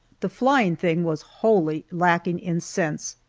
the flying thing was wholly lacking in sense.